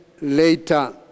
later